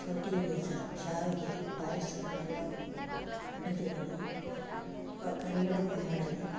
ಸೌತೇ ಬೀಜ ಶ್ಯಾವಿಗೆ ಪಾಯಸ ಎಲ್ಲವು ಇವು ಅಡಿಗೆಗಳು ಕರಿಗಡ್ಬು ಮಾಡಲು